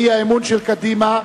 באי-אמון של קדימה,